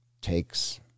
takes